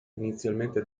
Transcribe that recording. inizialmente